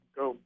go